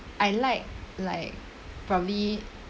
I like like probably